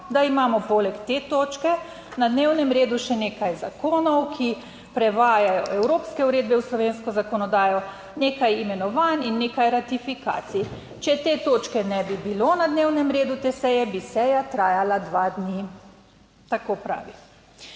da imamo poleg te točke na dnevnem redu, še nekaj zakonov, ki prevajajo evropske uredbe v slovensko zakonodajo, nekaj imenovanj in nekaj ratifikacij. Če te točke ne bi bilo na dnevnem redu te seje, bi seja trajala dva dni." Tako pravi.